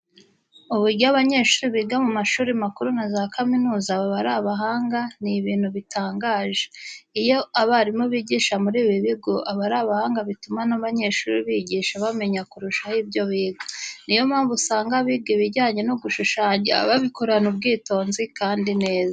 Uburyo abanyeshuri biga mu mashuri makuru na za kaminuza baba ari abahanga ni ibintu bitangaje. Iyo abarimu bigisha muri ibi bigo ari abahanga bituma n'abanyeshuri bigisha bamenya kurushaho ibyo biga. Niyo mpamvu usanga abiga ibijyanye no gushushanya babikorana ubwitonzi kandi neza.